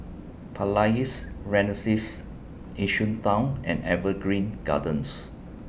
Palais Renaissance Yishun Town and Evergreen Gardens